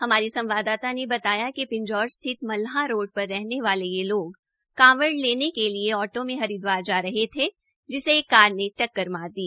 हमारी संवाददाता ने बताया कि पिंजौर स्थित मल्लाह रोह पर रहने वाले ये लोग कावड़ लेने के लिये ऑटो में हरिदवार जा रहे थे जिसे एक कार ने टक्कर मार दी